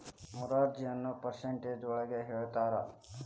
ಮಾರ್ಜಿನ್ನ percentage ಒಳಗ ಹೇಳ್ತರ